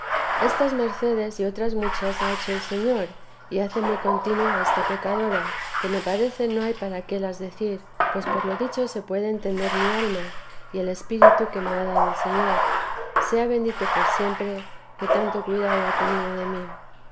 estas mercedes y otras muchas ha hecho el señor y hace muy contino a esta pecadora que me parece no vida de la santa madre hay para qué las decir pues por lo dicho se puede entender mi alma y el espíritu que me ha dado el señor sea bendito por siempre que tanto cuidado ha tenido de mí